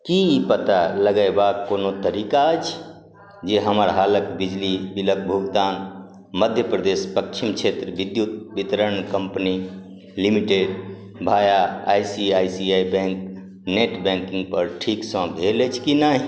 की पता लगेबाक कोनो तरीका अछि जे हमर हालक बिजली बिलक भुगतान मध्यप्रदेश पश्चिम क्षेत्र विद्युत वितरण कम्पनी लिमिटेड भाया I C I C I bank net बैंकिंगपर ठीकसँ भेल अछि की नहि